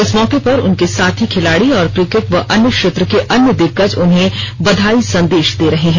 इस मौके पर उनके साथी खिलाड़ी और क्रिकेट व अन्य क्षेत्र के अन्य दिग्गज उन्हें बघाई संदेश दे रहे हैं